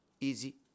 easy